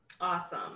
Awesome